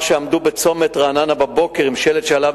רצוני לשאול: